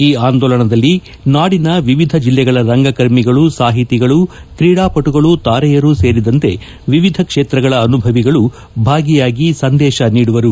ಈ ಆಂದೋಲನದಲ್ಲಿ ನಾಡಿನ ವಿವಿಧ ಜಲ್ಲಿಗಳ ರಂಗಕರ್ಮಿಗಳು ಸಾಹಿತಿಗಳು ಕ್ರೀಡಾಪಟುಗಳು ತಾರೆಯರು ಸೇರಿದಂತೆ ವಿವಿಧ ಕ್ಷೇತ್ರಗಳ ಅನುಭವಿಗಳು ಭಾಗಿಯಾಗಿ ಸಂದೇಶ ನೀಡುವರು